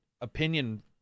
opinion